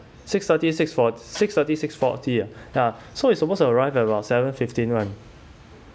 six thirty six four six thirty six forty uh so it's supposed to arrive at about seven fifteen [one]